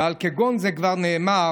ועל כגון זה כבר נאמר: